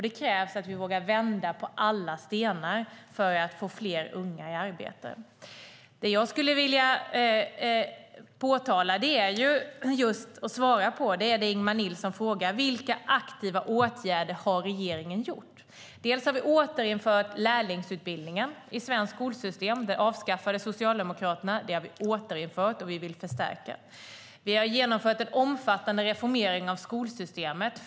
Det krävs att vi vågar vända på alla stenar för att få fler unga i arbete. Det jag skulle vilja påtala och svara på är det Ingemar Nilsson frågar: Vilka aktiva åtgärder har regeringen gjort? Vi har återinfört lärlingsutbildningen i svenskt skolsystem. Den avskaffade Socialdemokraterna. Den har vi återinfört, och vi vill förstärka den. Vi har genomfört en omfattande reformering av skolsystemet.